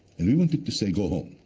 and we want to say, go home,